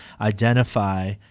identify